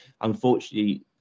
unfortunately